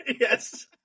Yes